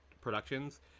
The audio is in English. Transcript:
productions